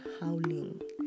howling